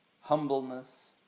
humbleness